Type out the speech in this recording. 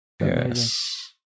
yes